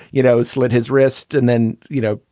you know, slit his wrist and then, you know,